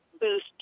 boost